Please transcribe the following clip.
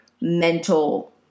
mental